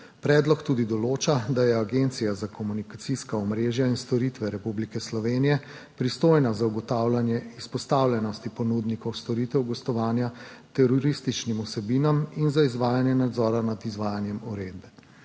Predlog tudi določa, da je Agencija za komunikacijska omrežja in storitve Republike Slovenije pristojna za ugotavljanje izpostavljenosti ponudnikov storitev gostovanja terorističnim vsebinam in za izvajanje nadzora nad izvajanjem uredbe.